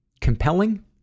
compelling